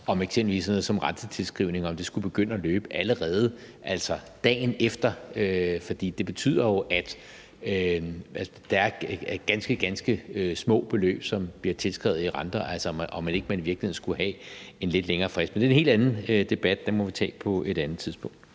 om eksempelvis sådan noget som rentetilskrivning skulle begynde at løbe allerede dagen efter, for det betyder, at der er ganske, ganske små beløb, som bliver tilskrevet i renter, altså om ikke man i virkeligheden skulle have en lidt længere frist. Men det er en helt anden debat. Den må vi tage på et andet tidspunkt.